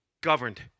governed